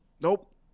Nope